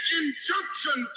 injunction